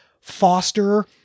foster